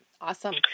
Awesome